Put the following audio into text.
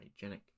hygienic